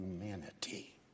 humanity